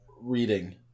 reading